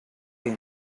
him